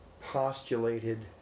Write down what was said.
postulated